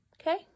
Okay